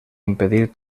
impedir